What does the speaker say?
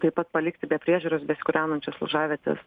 taip pat palikti be priežiūros besikūrenančias laužavietes